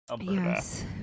Yes